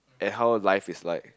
and how life is like